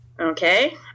Okay